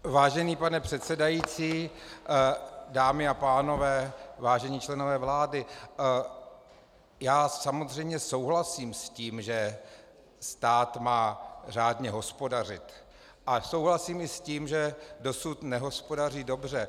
Vážený pane předsedající, dámy a pánové, vážení členové vlády, já samozřejmě souhlasím s tím, že stát má řádně hospodařit, a souhlasím i s tím, že dosud nehospodaří dobře.